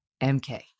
MK